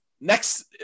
Next